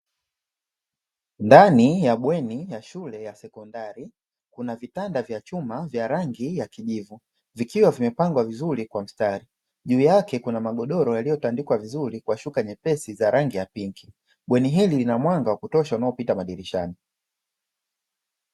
Ndani ya bweni la shule ya sekondari kuna vitanda vya chuma vya rangi ya kijivu vikiwa vimepangwa vizuri kwa msitari, juu yake kuna magodoro yaliyotandikwa vizuri kwa shuka nyepesi za rangi ya pinki, bweni hili lina mwanga wa kutosha unaopita madirishani.